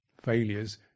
failures